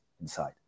inside